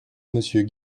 monsieur